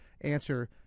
answer